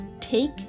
Take